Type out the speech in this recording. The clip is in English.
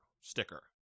sticker